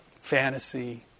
fantasy